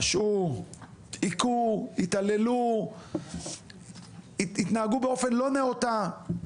פשעו, היכו, התעללו, התנהגו באופן לא נאותה.